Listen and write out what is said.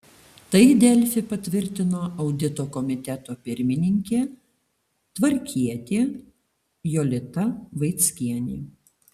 tai delfi patvirtino audito komiteto pirmininkė tvarkietė jolita vaickienė